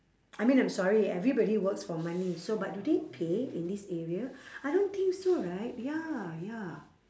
I mean I'm sorry everybody works for money so but do they pay in this area I don't think so right ya ya